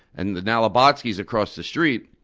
and the nalibotskis across the street,